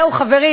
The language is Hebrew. זהו, חברים.